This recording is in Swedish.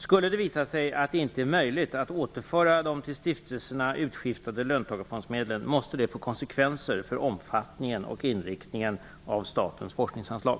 Skulle det visa sig att det inte är möjligt att återföra de till stiftelserna utskiftade löntagarfondsmedlen måste det få konsekvenser för omfattningen och inriktningen av statens forskningsanslag.